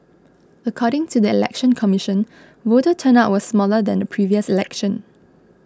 according to the Election Commission voter turnout was smaller than the previous election